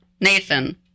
Nathan